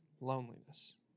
loneliness